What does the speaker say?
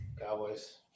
Cowboys